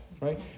right